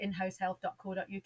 inhousehealth.co.uk